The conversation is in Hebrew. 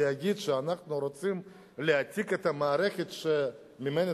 להגיד שאנחנו רוצים להעתיק את המערכת שממנה,